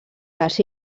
les